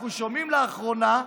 לאחר שהם מבצעים את